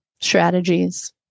strategies